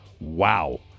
Wow